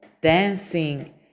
dancing